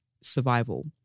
survival